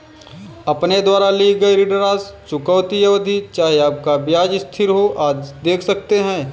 अपने द्वारा ली गई ऋण राशि, चुकौती अवधि, चाहे आपका ब्याज स्थिर हो, आदि देख सकते हैं